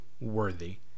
worthy